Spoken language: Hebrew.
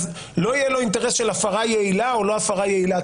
לא יהיה לו אינטרס של הפרה יעילה או לא הפרה יעילה,